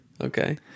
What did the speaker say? Okay